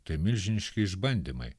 tai milžiniški išbandymai